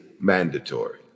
mandatory